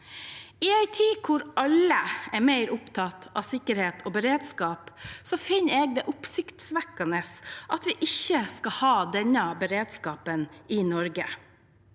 I en tid da alle er mer opptatt av sikkerhet og beredskap, finner jeg det oppsiktsvekkende at vi ikke skal ha denne beredskapen i Norge.